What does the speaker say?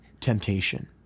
temptation